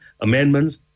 amendments